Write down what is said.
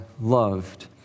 loved